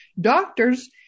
doctors